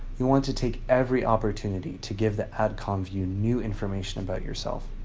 you'll want to take every opportunity to give the ad comm view new information about yourself.